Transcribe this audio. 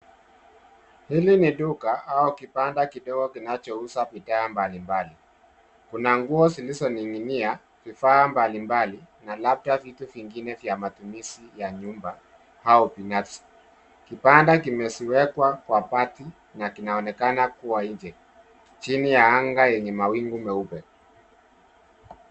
Hili ni duka au kibanda kidogo kinachouza bidhaa mbalimbali. Kuna nguo zilizoning'inia vifaa mbalimbali na labda vitu vingine vya matumizi ya nyumba au binafsi. Kibanda kimewekwa kwa bati na kinaonekana kuwa nje, chini ya anga yenye mawingu meupe.